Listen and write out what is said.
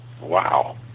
Wow